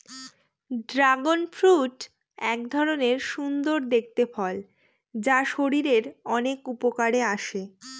dragon fruit এক ধরনের সুন্দর দেখতে ফল যা শরীরের অনেক উপকারে আসে